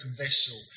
vessel